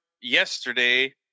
yesterday